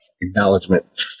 acknowledgement